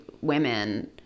women